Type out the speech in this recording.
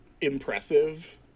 impressive